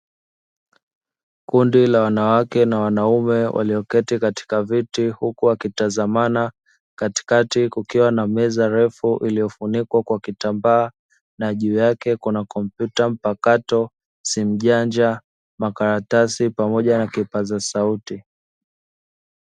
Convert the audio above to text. Kundi la wanawake na wanaume walioketi katika viti huku wakitazamana katikati kukiwa na meza refu iliyofunikwa kwa kitambaa na juu yake kuna kompyuta mpakato, simu janja, makaratasi pamoja na kipaza sauti.